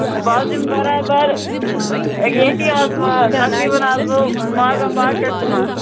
بہٕ حَظ یِمہٕ بَرابَر ییٚتی اسہٕ بہٕ تقریٖبن اسہٕ بہٕ مَاگَم مَارکیٹَس منٛز